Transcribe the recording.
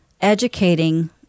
educating